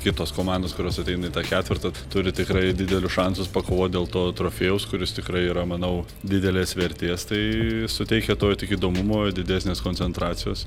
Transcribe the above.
kitos komandos kurios ateina į tą ketvertą turi tikrai didelius šansus pakovot dėl to trofėjaus kuris tikrai yra manau didelės vertės tai suteikia to tik įdomumo didesnės koncentracijos